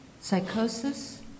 psychosis